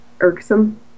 irksome